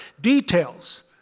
Details